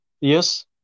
Yes